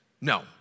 No